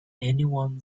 anyone